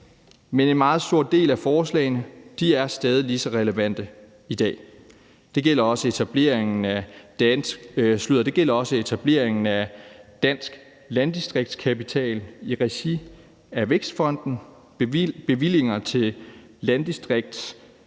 men en meget stor del af forslagene er stadig lige så relevante i dag. Det gælder også etableringen af dansk landdistriktskapital i regi af Vækstfonden, bevillinger til